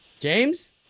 James